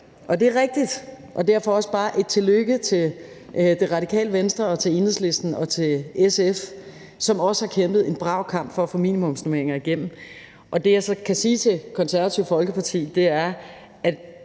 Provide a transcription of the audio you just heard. Det er rigtigt, og derfor også bare et tillykke til Det Radikale Venstre og til Enhedslisten og til SF, som også har kæmpet en brav kamp for at få minimumsnormeringer igennem. Det, jeg så kan sige til Det Konservative Folkeparti, er, at